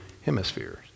hemispheres